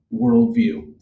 worldview